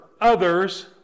others